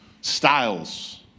styles